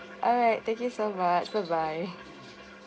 alright thank you so much bye bye